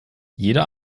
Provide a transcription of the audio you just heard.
jeder